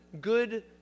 good